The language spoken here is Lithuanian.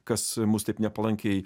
kas mus taip nepalankiai